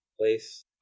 place